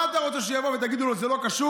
מה, אתה רוצה שיבואו ויגידו לו: זה לא קשור?